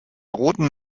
roten